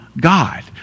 God